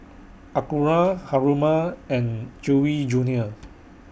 Acura Haruma and Chewy Junior